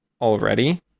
already